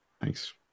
Thanks